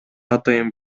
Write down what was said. атайын